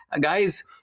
guys